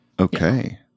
Okay